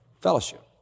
Fellowship